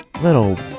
little